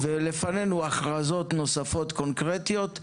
לפנינו הכרזות קונקרטיות נוספות,